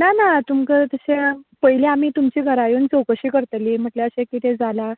ना ना तुमकां तशें पयली आमी तुमच्या घरा येवन चवकशी करतली म्हटल्यार अशें कितें जाला